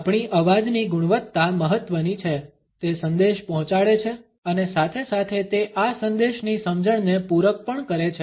આપણી અવાજની ગુણવત્તા મહત્વની છે તે સંદેશ પહોંચાડે છે અને સાથે સાથે તે આ સંદેશની સમજણને પૂરક પણ કરે છે